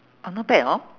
orh not bad hor